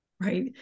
Right